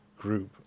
group